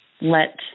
let